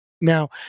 Now